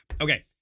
Okay